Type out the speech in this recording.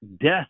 death